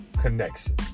connection